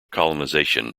colonization